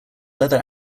leather